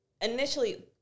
initially